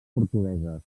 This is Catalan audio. portugueses